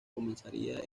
comenzaría